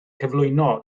cyflwyno